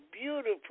beautiful